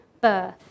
birth